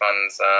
fund's